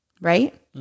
right